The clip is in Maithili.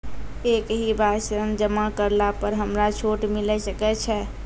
एक ही बार ऋण जमा करला पर हमरा छूट मिले सकय छै?